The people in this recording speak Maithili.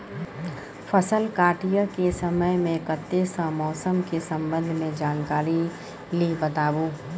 फसल काटय के समय मे कत्ते सॅ मौसम के संबंध मे जानकारी ली बताबू?